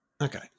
Okay